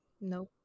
Nope